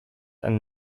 and